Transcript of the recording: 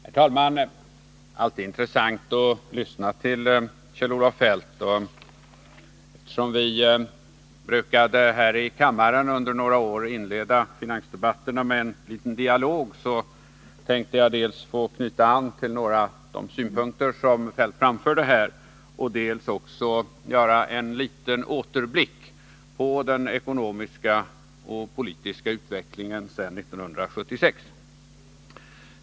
Herr talman! Det är alltid intressant att lyssna till Kjell-Olof Feldt. Och eftersom vi här i kammaren under några år brukade inleda finansdebatterna med en liten dialog, tänkte jag nu dels knyta an till några av de synpunkter som Kjell-Olof Feldt framförde här, dels göra en liten återblick på den ekonomiska och politiska utvecklingen sedan 1976.